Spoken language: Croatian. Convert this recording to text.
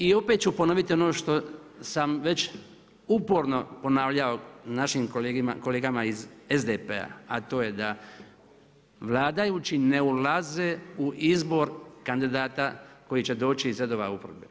I opet ću ponoviti ono što sam već uporno ponavljao našim kolegama iz SDP-a, a to je da vladajući ne ulaze u izbor kandidata koji će doći iz redova oporbe.